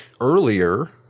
earlier